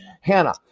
Hannah